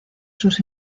sus